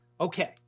Okay